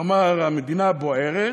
כלומר: המדינה בוערת